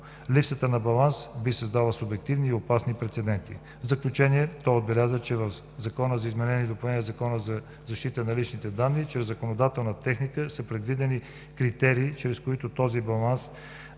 Липсата на баланс би създала субективни и опасни прецеденти. В заключение той отбеляза, че в Закона за изменение и допълнение на Закона за защита на личните данни чрез законодателна техника са предвидени критерии, чрез които този баланс